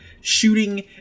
shooting